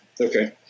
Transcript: okay